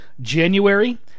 January